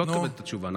לא נקבל את התשובה,